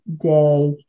day